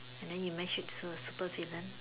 then he match with her super villain